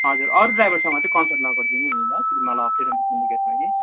हजुर अरू ड्राइभरसँग चाहिँ कन्सल्ट नगरिदिनु नि ल फेरि मलाई अप्ठ्यारो हुन्छ सेन्डिकेटमा कि